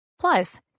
Plus